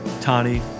Tani